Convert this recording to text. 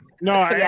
No